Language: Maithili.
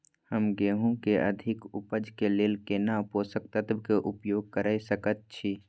हम गेहूं के अधिक उपज के लेल केना पोषक तत्व के उपयोग करय सकेत छी?